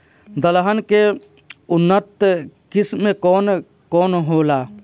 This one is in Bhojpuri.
दलहन के उन्नत किस्म कौन कौनहोला?